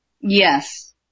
Yes